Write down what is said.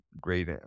great